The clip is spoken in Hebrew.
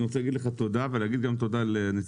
אני רוצה להגיד לך תודה ולהגיד גם תודה לנציגים